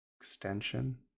extension